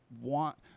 want